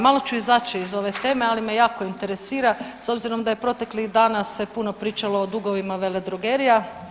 Malo ću izaći iz ove teme, ali me jako interesira s obzirom da se proteklih dana puno pričalo o dugovima veledrogerija.